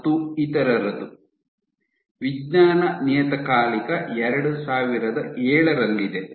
ಮತ್ತು ಇತರರದ ವಿಜ್ಞಾನ ನಿಯತಕಾಲಿಕ 2007 ರಲ್ಲಿದೆ